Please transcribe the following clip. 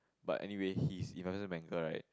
but anyway he's investment banker right